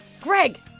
Greg